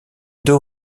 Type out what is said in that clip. deux